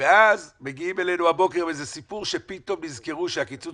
ואז מגיעים אלינו הבוקר עם איזה סיפור שנזכרו שהקיצוץ